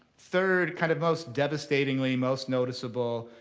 third, kind of most devastatingly most noticeable,